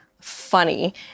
funny